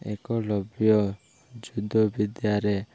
ଏକଲବ୍ୟ ଯୁଦ୍ଧ ବିଦ୍ୟାରେ